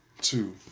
two